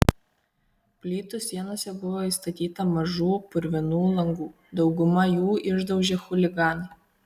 plytų sienose buvo įstatyta mažų purvinų langų daugumą jų išdaužė chuliganai